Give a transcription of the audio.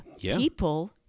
people